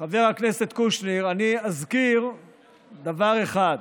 חבר הכנסת קושניר, אני אזכיר דבר אחד: